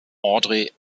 audrey